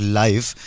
life